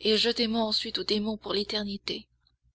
et jetez moi ensuite au démon pour l'éternité